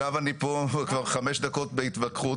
עכשיו אני פה כבר חמש דקות בהתווכחות